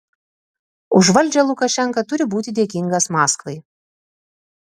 už valdžią lukašenka turi būti dėkingas maskvai